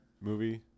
movie